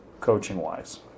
coaching-wise